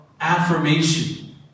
affirmation